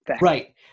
right